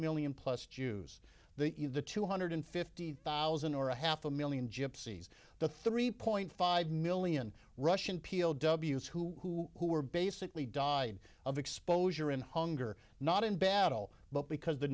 million plus jews that you the two hundred fifty thousand or a half a million gypsies the three point five million russian p o w s who who were basically died of exposure in hunger not in battle but because the